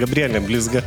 gabrielė blizga